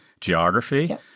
geography